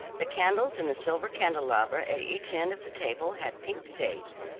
the candles in the silver candelabra at each end of the table had pink shades.